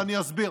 ואני אסביר,